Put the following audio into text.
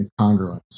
congruence